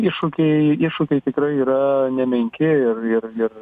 iššūkiai iššūkiai tikrai yra nemenki ir ir ir